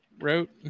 wrote